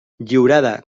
lliurada